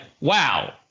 wow